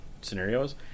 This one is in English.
scenarios